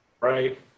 Right